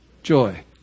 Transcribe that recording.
joy